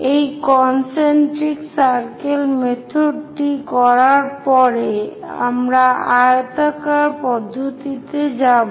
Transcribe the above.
এই concentric circle মেথডটি করার পরে আমরা আয়তাকার পদ্ধতিতে যাব